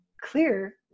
clear